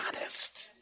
honest